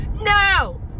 No